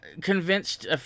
convinced